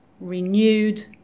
renewed